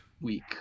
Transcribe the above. week